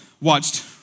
watched